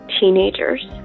teenagers